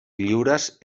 lliures